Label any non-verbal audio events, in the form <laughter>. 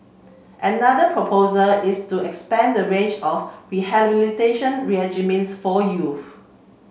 another proposal is to expand the range of rehabilitation regimes for <unintelligible>